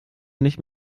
nicht